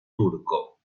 turco